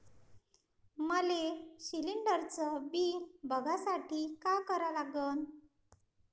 मले शिलिंडरचं बिल बघसाठी का करा लागन?